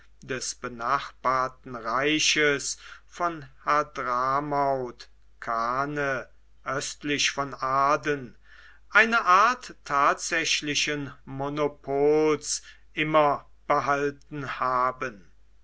des benachbarten reiches von hadramaut kane östlich von aden eine art tatsächlichen monopols immer behalten haben